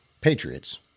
patriots